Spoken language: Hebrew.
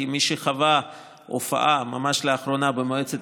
כמי שחווה הופעה ממש לאחרונה במועצת